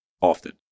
often